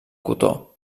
cotó